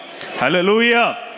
Hallelujah